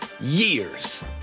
years